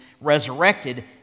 resurrected